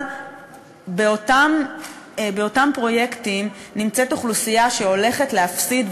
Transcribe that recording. אבל באותם פרויקטים נמצאת אוכלוסייה שהולכת להפסיד,